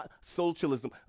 socialism